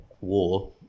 war